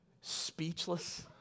speechless